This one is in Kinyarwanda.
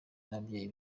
n’ababyeyi